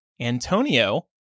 Antonio